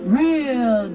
real